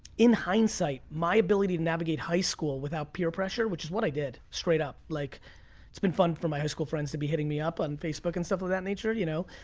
in hindsight, my ability to navigate high school without peer pressure, which is what i did, straight up. like it's been fun for my high school friends to be hitting me up on facebook and stuff like that nature, you know,